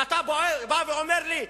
ואתה בא ואומר לי: